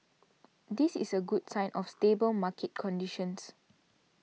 this is a good sign of stable market conditions